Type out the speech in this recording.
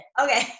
Okay